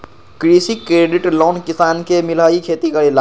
कृषि credit loan किसान के मिलहई खेती करेला?